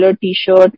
t-shirt